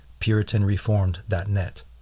puritanreformed.net